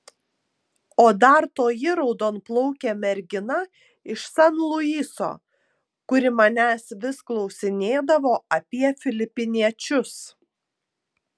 o dar toji raudonplaukė mergina iš san luiso kuri manęs vis klausinėdavo apie filipiniečius